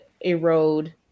erode